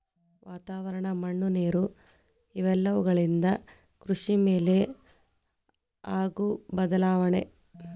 ವಾತಾವರಣ, ಮಣ್ಣು ನೇರು ಇವೆಲ್ಲವುಗಳಿಂದ ಕೃಷಿ ಮೇಲೆ ಆಗು ಬದಲಾವಣೆ